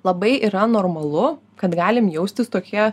labai yra normalu kad galim jaustis tokie